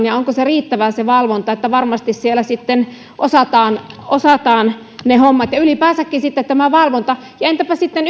ja onko riittävää se valvonta että varmasti siellä sitten osataan osataan ne hommat ja ylipäänsäkin sitten tämä valvonta entäpä sitten